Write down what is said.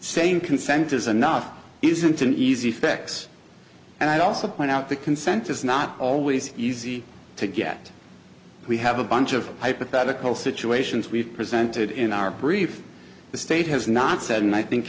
e consent is enough isn't an easy fix and i'd also point out that consent is not always easy to get we have a bunch of hypothetical situations we've presented in our brief the state has not said and i think